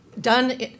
done